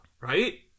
right